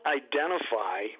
identify